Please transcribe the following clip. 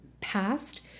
passed